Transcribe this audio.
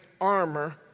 armor